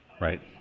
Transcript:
right